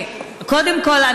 קודם כול,